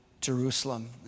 Jerusalem